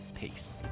peace